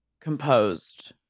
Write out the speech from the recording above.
composed